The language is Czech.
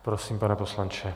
Prosím, pane poslanče.